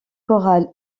choral